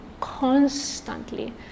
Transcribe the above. constantly